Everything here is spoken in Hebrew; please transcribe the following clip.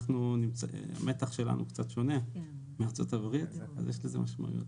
המתח שלנו קצת שונה מארצות-הברית ויש לזה משמעויות.